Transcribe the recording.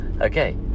Okay